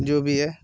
जो भी है